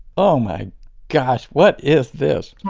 oh, my gosh. what is this?